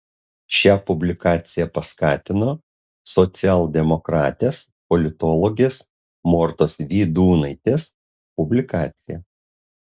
šią publikaciją paskatino socialdemokratės politologės mortos vydūnaitės publikacija